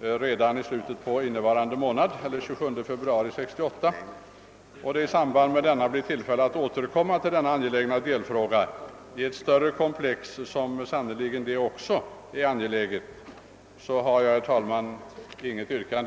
redan i slutet av innevarande månad — närmare bestämt den 27 februari 1968 — och det i samband därmed blir anledning att återkomma till denna angelägna delfråga i ett större komplex, som sannerligen också det är angeläget, har jag, herr talman, inget yrkande.